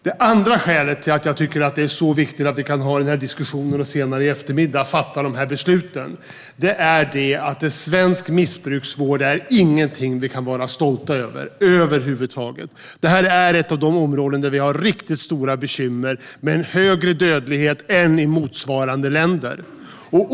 Det andra skälet till att jag tycker att det är viktigt att vi kan ha den här diskussionen och att vi senare i eftermiddag kan fatta beslut är att svensk missbruksvård inte är någonting som vi kan vara stolta över. Detta är ett av de områden där vi har riktigt stora bekymmer. Det är en högre dödlighet än i motsvarande länder.